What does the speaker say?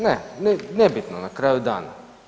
Ne, nije bitno na kraju dana.